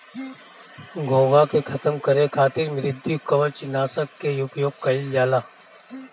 घोंघा के खतम करे खातिर मृदुकवच नाशक के उपयोग कइल जाला